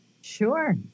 Sure